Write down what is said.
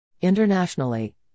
Internationally